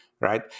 right